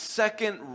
second